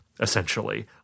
essentially